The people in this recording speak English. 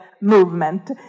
movement